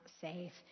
safe